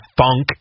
funk